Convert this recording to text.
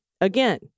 again